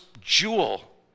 jewel